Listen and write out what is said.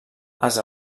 els